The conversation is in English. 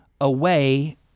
away